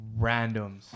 Randoms